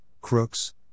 crooks